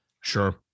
Sure